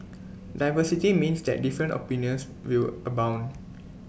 diversity means that different opinions will abound